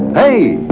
hey!